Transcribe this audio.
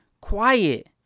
quiet